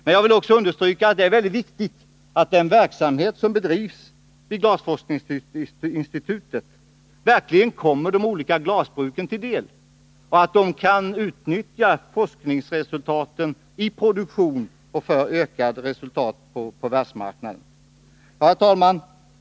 Men jag vill också understryka att det är mycket viktigt att den verksamhet som bedrivs vid Glasforskningsinstitutet verkligen kommer de olika glasbruken till del och att de kan utnyttja forskningsrönen i produktion och för ökat resultat på världsmarknaden. Herr talman!